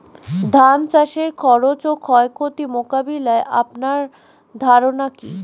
ধান চাষের খরচ ও ক্ষয়ক্ষতি মোকাবিলায় আপনার ধারণা কী?